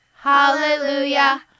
hallelujah